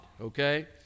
okay